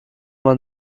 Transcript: man